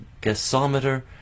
gasometer